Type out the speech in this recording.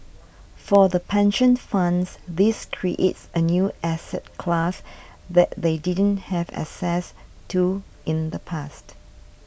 for the pension funds this creates a new asset class that they didn't have access to in the past